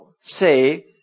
say